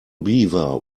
beaver